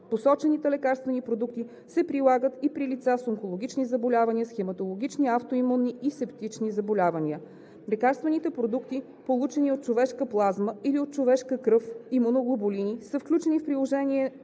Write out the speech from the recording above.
Посочените лекарствени продукти се прилагат и при лица с онкологични заболявания, с хематологични, автоимунни и септични заболявания. Лекарствените продукти, получени от човешка плазма или от човешка кръв – имуноглобулини, са включени в Приложение